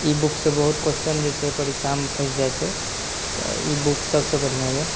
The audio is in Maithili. ई बुक सॅं बहुत कोश्चन जे छै परीक्षामे फँसि जाइ छै तऽ ई बुक सबसँ बढ़िऑं अछि